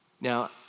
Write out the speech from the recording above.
Now